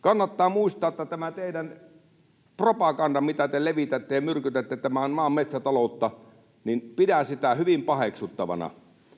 Kannattaa muistaa, että tämä teidän propagandanne, mitä te levitätte, myrkyttää tämän maan metsätaloutta, ja pidän sitä hyvin paheksuttavana.